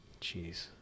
Jeez